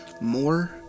More